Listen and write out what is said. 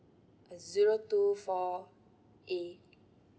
zero two four A